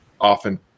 often